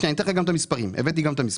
שנייה גם את המספרים הבאתי גם את המספרים